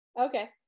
Okay